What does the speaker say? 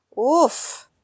Oof